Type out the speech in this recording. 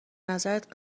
نظرت